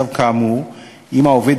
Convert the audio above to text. החוק אינו מאפשר כיום לתת צו כאמור אם העובד